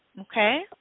Okay